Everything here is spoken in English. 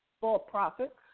for-profit